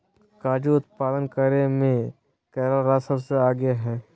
काजू उत्पादन करे मे केरल राज्य सबसे आगे हय